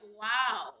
wow